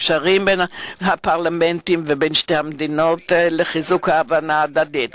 הקשרים הבין-פרלמנטריים של שתי המדינות מחזקים את ההבנה ההדדית.